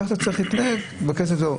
כך אתה צריך להתנהג עם הכסף הציבורי.